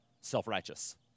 self-righteous